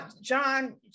John